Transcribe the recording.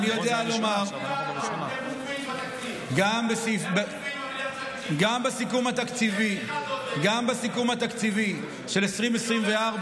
אני יודע לומר שגם בסיכום התקציבי של 2024,